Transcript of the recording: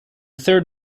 third